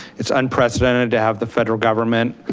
it's unprecedented to have the federal government